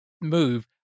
move